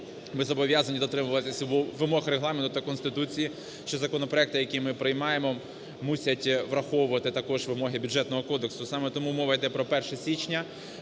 ми зобов'язані дотримуватися вимог Регламенту та Конституції, що законопроекти, які ми приймаємо, мусять враховувати також вимоги Бюджетного кодексу. Саме тому мова йде про 1 січня.